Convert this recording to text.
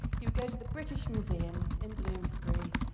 he would go to the british museum in bloomsbury,